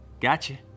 gotcha